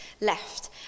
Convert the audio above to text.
left